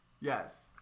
Yes